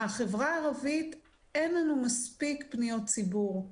מהחברה הערבית אין לנו מספיק פניות ציבור,